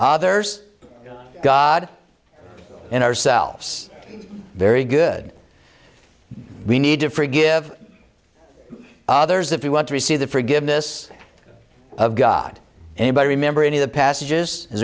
others god in ourselves very good we need to forgive others if we want to receive the forgiveness of god anybody remember any of the passages as